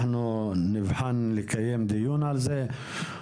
אנחנו נבחן האם נקיים דיון על זה.